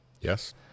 Yes